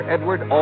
Edward